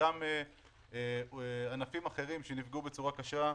מענק לפי החלטת הממשלה,